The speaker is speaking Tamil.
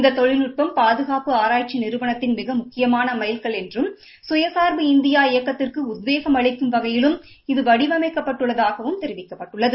இந்த தொழில்நுட்பம் பாதுகாப்பு ஆராய்ச்சி நிறுவனத்தின் மிக முக்கியமான மைல் என்றும் சுயசாா்பு இயக்கத்திற்கு உத்வேகம் அளிக்கும் வகையிலும் இது வடிவமைக்கப் பட்டுள்ளதாகவும் இந்தியா தெரிவிக்கப்பட்டுள்ளது